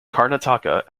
karnataka